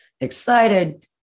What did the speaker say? excited